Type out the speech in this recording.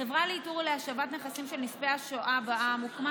החברה לאיתור ולהשבת נכסים של נספי השואה בע"מ הוקמה